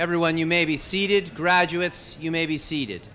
everyone you may be seated graduates you may be se